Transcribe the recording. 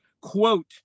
quote